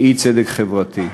לאי-צדק חברתי.